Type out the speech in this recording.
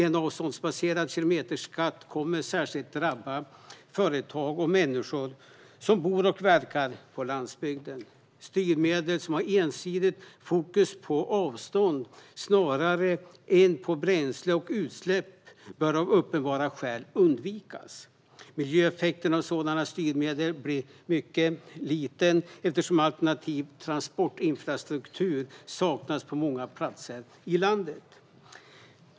En avståndsbaserad kilometerskatt kommer att särskilt drabba företag och människor som bor och verkar på landsbygden. Styrmedel som har ensidigt fokus på avstånd snarare än på bränsle och utsläpp bör av uppenbara skäl undvikas. Miljöeffekten av sådana styrmedel blir mycket liten, eftersom alternativ transportinfrastruktur saknas på många platser i landet.